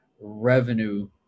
revenue